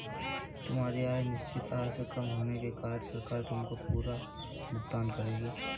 तुम्हारी आय निश्चित आय से कम होने के कारण सरकार तुमको पूरक भुगतान करेगी